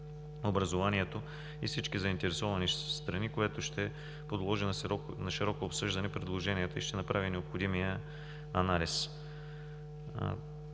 образованието и всички заинтересовани страни, което ще подложи на широко обсъждане предложението и ще направи необходимия анализ.